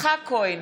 יצחק כהן,